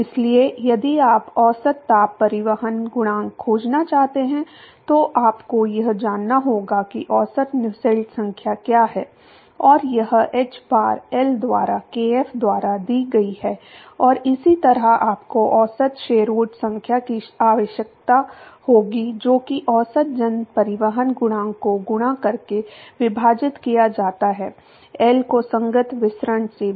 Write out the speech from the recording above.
इसलिए यदि आप औसत ताप परिवहन गुणांक खोजना चाहते हैं तो आपको यह जानना होगा कि औसत नुसेल्ट संख्या क्या है और यह hbar L द्वारा kf द्वारा दी गई है और इसी तरह आपको औसत शेरवुड संख्या की आवश्यकता होगी जो कि औसत जन परिवहन गुणांक को गुणा करके विभाजित किया जाता है L को संगत विसरण से विभाजित किया जाता है